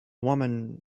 woman